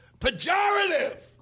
Pejorative